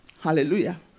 Hallelujah